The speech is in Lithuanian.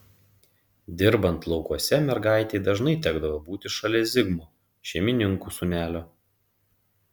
dirbant laukuose mergaitei dažnai tekdavo būti šalia zigmo šeimininkų sūnelio